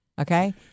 okay